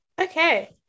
okay